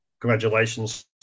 Congratulations